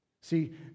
See